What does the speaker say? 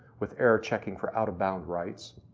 with error checking for out of bound rights.